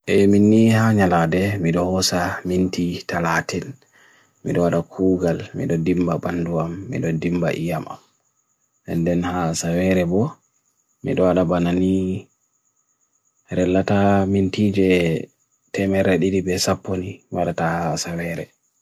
E minni hanyalade mido hosa minti talatil, mido ada kougal, mido dimba panduam, mido dimba iyama. En den haa saveri bo, mido ada banani relata minti je temere didi besaponi wada taa saveri.